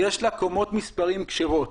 יש לה קומות מספרים כשרות.